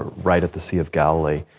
right at the sea of galilee,